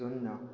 ଶୂନ